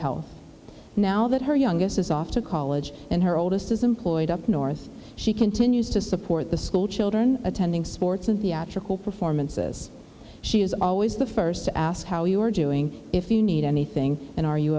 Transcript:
health now that her youngest is off to college and her oldest is employed up north she continues to support the school children attending sports and theatrical performances she is always the first to ask how you are doing if you need anything and are you